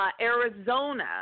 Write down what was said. Arizona